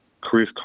Chris